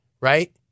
Right